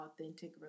authentic